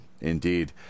Indeed